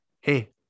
hey